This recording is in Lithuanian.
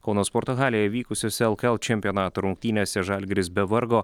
kauno sporto halėje vykusiose lkl čempionato rungtynėse žalgiris be vargo